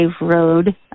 Road